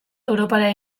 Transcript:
europara